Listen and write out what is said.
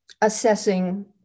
assessing